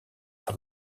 for